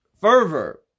fervor